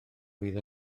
fydd